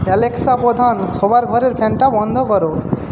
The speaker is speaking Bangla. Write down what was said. অ্যালেক্সা প্রধান শোবার ঘরের ফ্যানটা বন্ধ করো